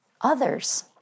others